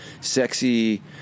Sexy